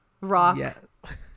rock